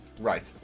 right